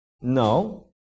No